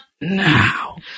now